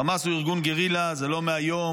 חמאס הוא ארגון גרילה, זה לא מהיום,